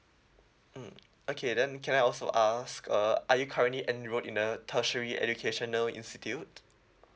mm okay then can I also ask uh are you currently enrolled in a tertiary educational institute